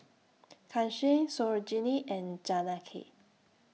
Kanshi Sarojini and Janaki